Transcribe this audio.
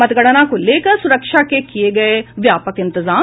मतगणना को लेकर सुरक्षा के किये गये व्यापक इंतजाम